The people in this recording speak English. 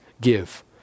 give